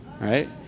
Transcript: Right